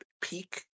peak